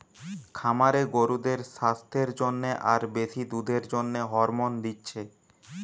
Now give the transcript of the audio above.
খামারে গরুদের সাস্থের জন্যে আর বেশি দুধের জন্যে হরমোন দিচ্ছে